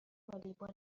والیبال